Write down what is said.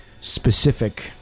specific